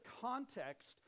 context